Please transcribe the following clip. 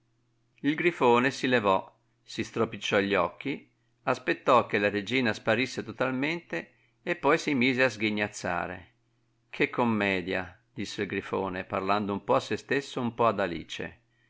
il grifone si levò si stropicciò gli occhi aspettò che la regina sparisse totalmente e poi si mise a sghignazzare che commedia disse il grifone parlando un po a sè stesso un po ad alice